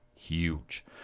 huge